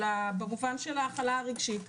אלא במובן של ההכלה הרגשית,